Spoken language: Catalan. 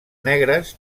negres